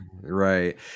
Right